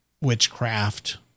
witchcraft